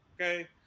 Okay